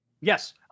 Yes